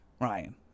Ryan